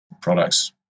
products